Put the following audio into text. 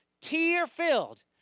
tear-filled